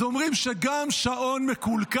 וזו עבירה שיש עימה קלון.